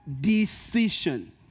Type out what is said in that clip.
decision